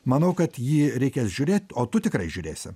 manau kad jį reikės žiūrėt o tu tikrai žiūrėsi